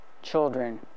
children